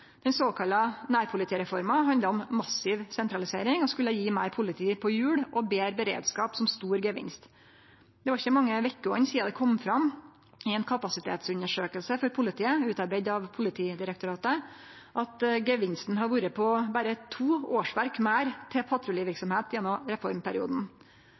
Den såkalla nærpolitireforma handla om massiv sentralisering og skulle gje meir politi på hjul og betre beredskap som stor gevinst. Det er ikkje mange vekene sidan det kom fram i ei kapasitetsundersøking for politiet, utarbeidd av Politidirektoratet, at gevinsten har vore på berre to årsverk meir til patruljeverksemd gjennom reformperioden.